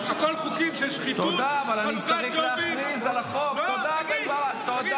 הכול חוקים של שחיתות, חלוקת ג'ובים --- תודה.